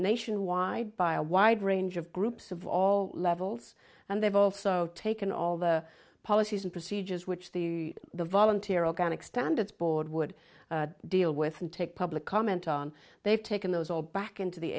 nationwide by a wide range of groups of all levels and they've also taken all the policies and procedures which the the volunteer organic standards board would deal with and take public comment on they've taken those all back into the